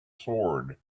sword